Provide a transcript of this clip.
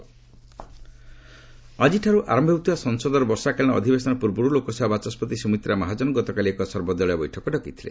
speaker all party meet ଆକିଠାରୁ ଆରମ୍ଭ ହେଉଥିବା ସଂସଦର ବର୍ଷାକାଳୀନ ଅଧିବେଶନ ପୂର୍ବରୁ ଲୋକସଭା ବାଚସ୍କତି ସୁମିତ୍ରା ମହାଜନ ଗତକାଲି ଏକ ସର୍ବଦଳୀୟ ବୈଠକ ଡକାଇଥିଲେ